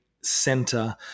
center